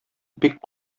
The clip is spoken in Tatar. бик